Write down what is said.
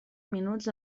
minuts